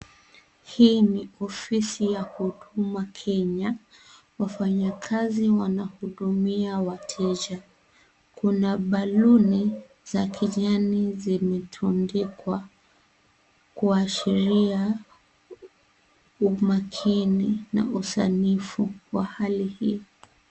Hii ni ofisi ya Huduma Kenya. Wafanyakazi wanahudumia wateja, kuna balooni za kijani zimetandikwa, kuashiria, umakini na usanifu wa hali hii.